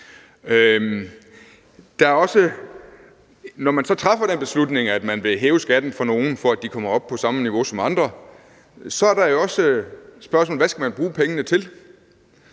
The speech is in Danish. Når man træffer den beslutning, at man vil hæve skatten for nogle, for at de kommer op på samme niveau som andre, er der jo også spørgsmålet om, hvad man skal bruge pengene til.